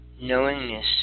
Knowingness